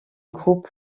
groupe